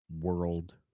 world